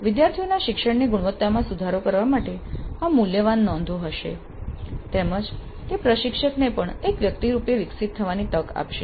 વિદ્યાર્થીઓના શિક્ષણની ગુણવત્તામાં સુધારો કરવા માટે આ મૂલ્યવાન નોંધો હશે તેમજ તે પ્રશિક્ષકને પણ એક વ્યક્તિરૂપે વિકસિત થવાની તક આપશે